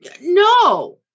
No